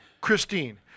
Christine